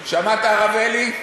שמעת, הרב אלי?